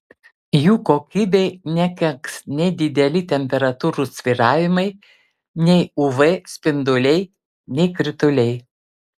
jų kokybei nekenks nei dideli temperatūrų svyravimai nei uv spinduliai nei krituliai